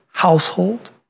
Household